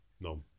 no